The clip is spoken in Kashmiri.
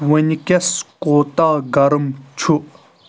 وٕنکیٚس کوٗتاہ گرم چھُ